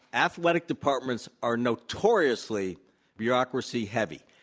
athletic departments are notoriously bureaucracy heavy,